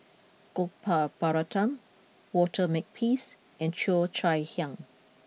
Gopal Baratham Walter Makepeace and Cheo Chai Hiang